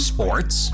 Sports